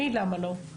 מי "למה לא"?